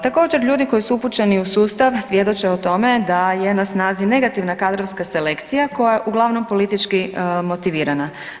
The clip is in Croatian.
Također ljudi koji su upućeni u sustav svjedoče o tome da je na snazi negativna kadrovska selekcija koja je uglavnom politički motivirana.